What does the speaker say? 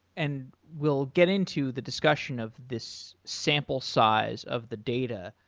and we'll get into the discussion of this sample size of the data.